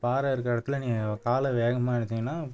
பாறை இருக்கிற இடத்துல நீங்கள் காலை வேகமாக எடுத்தீங்கன்னா